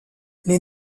les